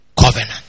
covenant